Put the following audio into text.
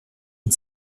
une